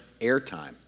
airtime